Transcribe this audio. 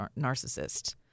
narcissist